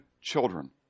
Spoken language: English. children